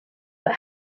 but